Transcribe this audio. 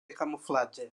camuflatge